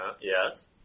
Yes